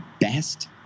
best